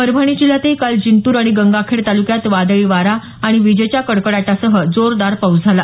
परभणी जिल्ह्यातही काल जिंतूर आणि गंगाखेड तालुक्यात वादळी वारा आणि विजेच्या कडकडाटासह जोरदार पाऊस झाला